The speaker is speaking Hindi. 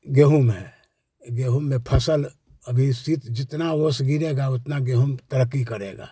गेहूम है गेहूम में फ़सल अभी शीत जितना ओस गिरेगा उतना गेहूम तरक्की करेगा